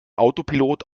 autopilot